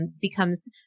becomes